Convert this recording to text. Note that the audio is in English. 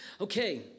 Okay